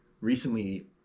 recently